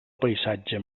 paisatge